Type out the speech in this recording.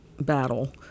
battle